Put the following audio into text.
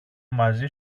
μαζί